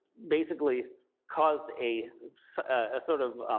basically caused a ah sort of